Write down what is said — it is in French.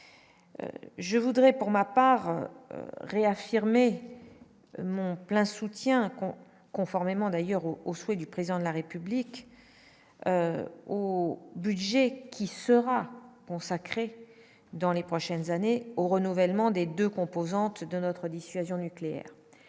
Je voudrais, pour ma part, réaffirmer mon plein soutien con, conformément d'ailleurs au au souhait du président de la République ou budget qui sera consacrée dans les prochaines années au renouvellement des 2 composantes de notre dissuasion nucléaire